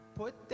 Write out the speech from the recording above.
put